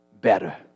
better